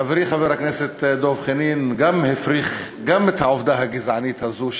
חברי חבר הכנסת דב חנין הפריך גם את העובדה הגזענית הזו,